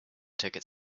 ticket